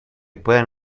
puedan